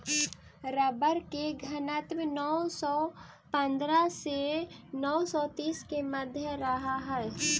rubber के घनत्व नौ सौ पंद्रह से नौ सौ तीस के मध्य रहऽ हई